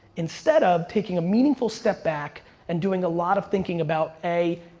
instead of taking a meaningful step back and doing a lot of thinking about a,